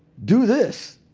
do this.